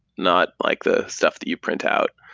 not like the stuff that you print out.